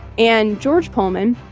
and george pullman,